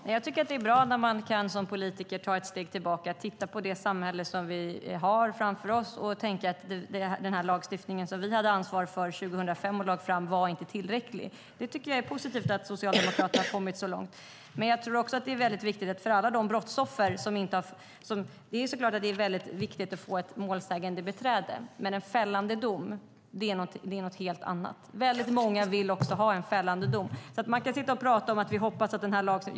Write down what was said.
Herr talman! Det är bra när man som politiker kan ta ett steg tillbaka, titta på det samhälle vi har framför oss och tänka: Den lagstiftning som vi hade ansvar för 2005 och lade fram var inte tillräcklig. Det är positivt att Socialdemokraterna har kommit så långt. Det är också väldigt viktigt för alla brottsoffer. Det är viktigt att få ett målsägandebiträde. Men en fällande dom är något helt annat. Väldigt många vill också ha en fällande dom. Man kan sitta och tala om man hoppas att lagstiftningen ändrar detta.